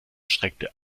streckte